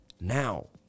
now